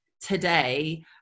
today